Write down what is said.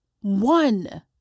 one